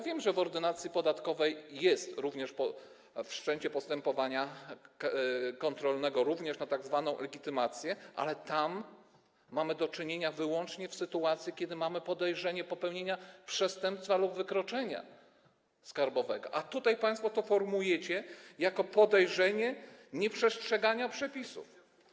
Wiem, że w Ordynacji podatkowej jest wszczęcie postępowania kontrolnego również na tzw. legitymację, ale tam mamy do czynienia wyłącznie z sytuacją, kiedy mamy podejrzenie popełnienia przestępstwa lub wykroczenia skarbowego, a tutaj państwo to formułujecie jako podejrzenie nieprzestrzegania przepisów.